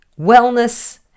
wellness